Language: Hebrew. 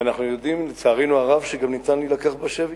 ואנחנו יודעים, לצערנו הרב, שגם אפשר להילקח בשבי.